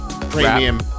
premium